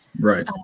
Right